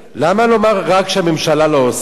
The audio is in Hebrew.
למה לומר רק שהממשלה לא עושה?